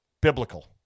Biblical